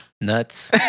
Nuts